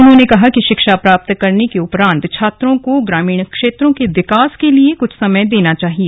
उन्होंने कहा कि शिक्षा प्राप्त करने के उपरांत छात्रों को ग्रामीण क्षेत्रों के विकास के लिए कृष्ठ समय देना चाहिए